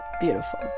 Beautiful